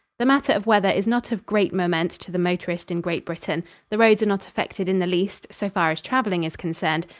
the matter of weather is not of great moment to the motorist in great britain the roads are not affected in the least, so far as traveling is concerned,